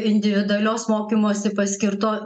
individualios mokymosi paskirto